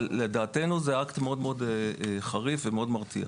לדעתנו זה אקט מאוד חריף ומאוד מרתיע.